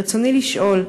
רצוני לשאול: